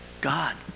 God